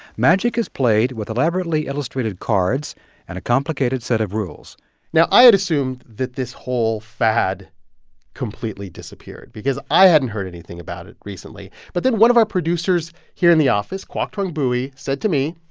magic is played with elaborately illustrated cards and a complicated set of rules now, i had assumed that this whole fad completely disappeared because i hadn't heard anything about it recently. but then one of our producers here in the office, quoctrung bui, said to me.